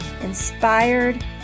inspired